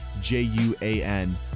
J-U-A-N